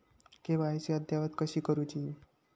KYC अद्ययावत कशी करुची?